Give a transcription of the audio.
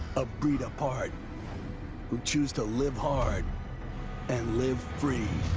a breed apart who choose to live hard and live free.